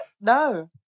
No